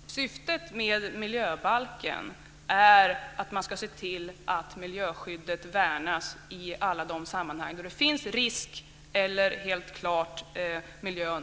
Herr talman! Syftet med miljöbalken är att man ska se till att miljöskyddet värnas i alla de sammanhang där det finns risk för eller står klart